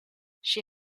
she